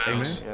Amen